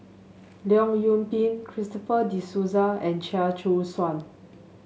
Leong Yoon Pin Christopher De Souza and Chia Choo Suan